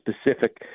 specific